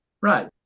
Right